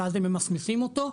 ואז הם ממסמסים אותו.